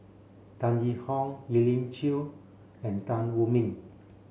Tan Yee Hong Elim Chew and Tan Wu Meng